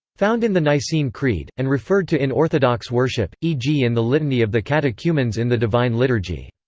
found in the nicene creed, and referred to in orthodox worship, e g. in the litany of the catechumens in the divine liturgy.